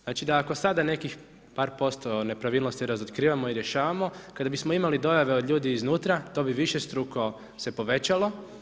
Znači da ako sada nekih par posto nepravilnosti razotkrivamo i rješavamo, kada bismo imali dojave od ljudi iznutra to bi višestruko se povećalo.